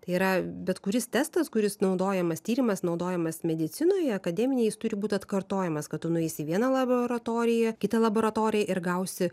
tai yra bet kuris testas kuris naudojamas tyrimas naudojamas medicinoje akademinėje jis turi būt atkartojamas kad tu nueisi į vieną laboratoriją kitą laboratoriją ir gausi